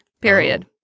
period